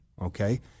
Okay